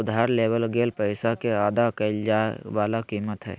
उधार लेवल गेल पैसा के अदा कइल जाय वला कीमत हइ